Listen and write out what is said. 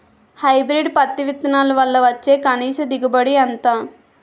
Hybrid పత్తి విత్తనాలు వల్ల వచ్చే కనీస దిగుబడి ఎంత?